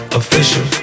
official